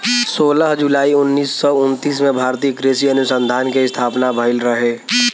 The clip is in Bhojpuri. सोलह जुलाई उन्नीस सौ उनतीस में भारतीय कृषि अनुसंधान के स्थापना भईल रहे